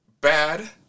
bad